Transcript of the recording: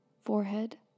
forehead